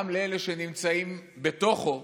גם לאלה שנמצאים בתוכן,